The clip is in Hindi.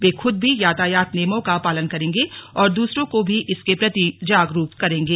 वे खुद भी यातायात नियमों का पालन करेंगे और दूसरों को भी इसके प्रति जागरूक करेंगे